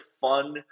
fun